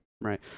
Right